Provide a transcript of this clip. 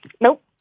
Nope